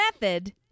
method